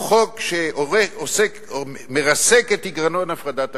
הוא חוק שמרסק את עקרון הפרדת הרשויות.